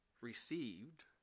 received